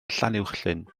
llanuwchllyn